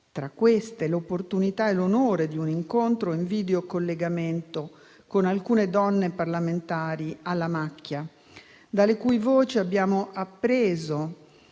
avuto l'opportunità e l'onore di svolgere un incontro in videocollegamento con alcune donne parlamentari alla macchia, dalle cui voci abbiamo appreso